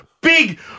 big